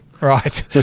right